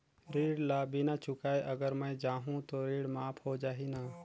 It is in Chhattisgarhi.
ऋण ला बिना चुकाय अगर मै जाहूं तो ऋण माफ हो जाही न?